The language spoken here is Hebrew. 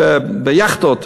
ביאכטות,